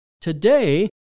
Today